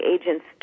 agents